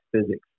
physics